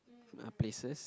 places